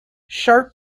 sharp